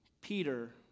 Peter